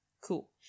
Cool